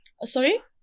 Sorry